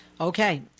Okay